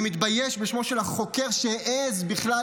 אני מתבייש בשמו של החוקר שהעז בכלל